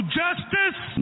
justice